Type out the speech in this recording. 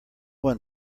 one